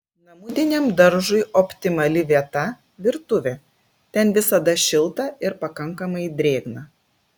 namudiniam daržui optimali vieta virtuvė ten visada šilta ir pakankamai drėgna